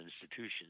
institutions